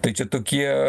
tai čia tokie